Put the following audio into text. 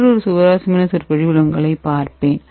மற்றொரு சுவாரஸ்யமான சொற்பொழிவில் உங்களைப் பார்ப்பேன்